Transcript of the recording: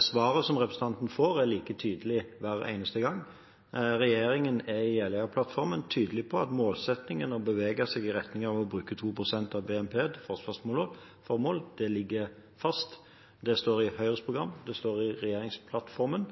Svaret som representanten får, er like tydelig hver eneste gang. Regjeringen er i Jeløya-plattformen tydelig på at målsettingen, å bevege seg i retning av å bruke 2 pst. av BNP til forsvarsformål, ligger fast. Det står i Høyres program, det står i regjeringsplattformen,